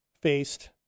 faced